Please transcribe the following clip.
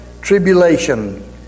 Tribulation